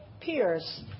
peers